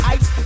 Ice